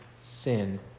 sin